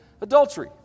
adultery